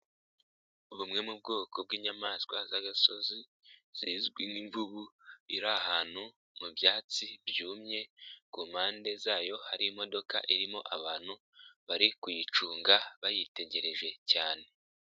Bumwe mu bwoko bw'inyamaswa z'agasozi zizwi nk'imvubu, iri ahantu mu byatsi byumye, ku mpande zayo hari imodoka irimo abantu bari kuyicunga bayitegereje cyane.